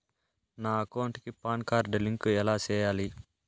నా అకౌంట్ కి PAN card link ఎలా సేయాలి